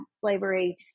slavery